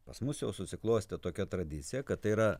pas mus jau susiklostė tokia tradicija kad tai yra